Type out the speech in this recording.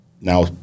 now